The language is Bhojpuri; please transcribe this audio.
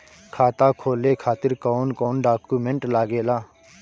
खाता खोले खातिर कौन कौन डॉक्यूमेंट लागेला?